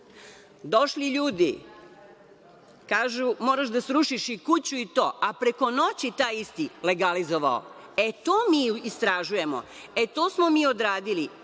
Došli ljudi, kažu – moraš da srušiš i kuću i to, a preko noći taj isti legalizovao. E, to mi istražujemo, e to smo mi odradili